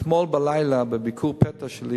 אתמול בלילה בביקור הפתע שלי